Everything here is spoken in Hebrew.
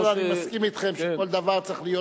אני מסכים אתכם שכל דבר צריך להיות